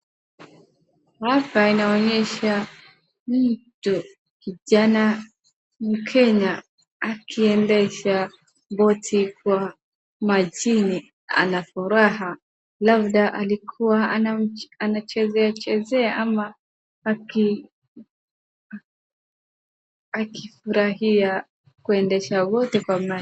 Hapa inaonyesha mtu, kijana Mkenya, akiendesha boti kwa majini. Ana furaha, labda alikuwa anachezeachezea ama akifurahia kuendesha boti kwa maji.